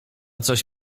coś